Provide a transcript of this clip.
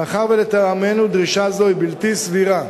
מאחר שלטעמנו דרישה זו היא בלתי סבירה.